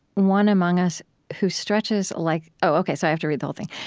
one among us who stretches like oh, ok, so i have to read the whole thing.